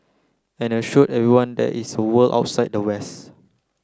and assured everyone there is a world outside the west